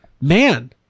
man